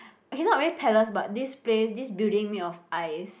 okay not really palace but this place this building made of ice